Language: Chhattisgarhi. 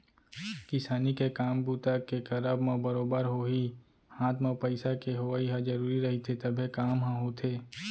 किसानी के काम बूता के करब म बरोबर होही हात म पइसा के होवइ ह जरुरी रहिथे तभे काम ह होथे